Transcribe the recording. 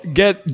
get